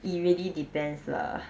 it really depends lah